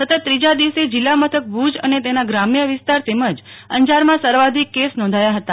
સતત ત્રીજા દિવસે જિલ્લા મથક ભુજ અને તેના ગ્રામ્ય વિસ્તાર તેમજ અંજારમાં સર્વાધિક કેસ નોંધાયા હતા